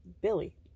Billy